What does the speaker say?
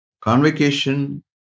Convocation